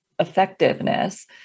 effectiveness